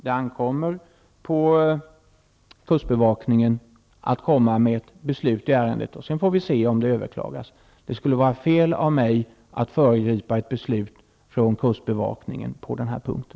Det ankommer på kustbevakningen att fatta ett beslut i ärendet. Sedan får vi se om det överklagas. Det skulle vara fel av mig att föregripa ett beslut från kustbevakningen på den punkten.